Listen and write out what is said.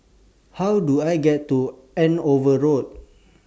How Do I get to Andover Road